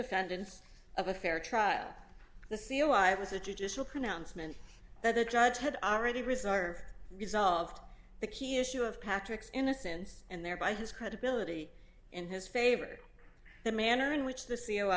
defendants of a fair trial the c e o i was a judicial pronouncement that the judge had already reserved resolved the key issue of patrick's innocence and thereby his credibility in his favor the manner in which the c